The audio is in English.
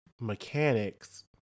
mechanics